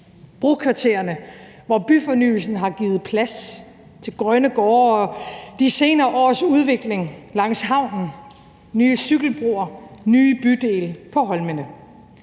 brokvartererne, hvor byfornyelsen har givet plads til grønne gårde; de senere års udvikling langs havnen; nye cykelbroer; nye bydele på holmene.